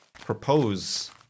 propose